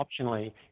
optionally